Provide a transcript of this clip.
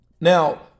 Now